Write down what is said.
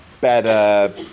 better